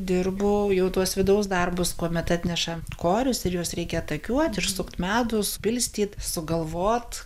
dirbu jau tuos vidaus darbus kuomet atneša korius ir juos reikia atakiuot ir sukt medų supilstyt sugalvot